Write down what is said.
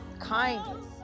Kindness